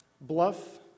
bluff